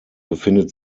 befindet